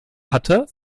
hatte